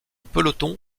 peloton